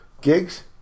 Gigs